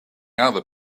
other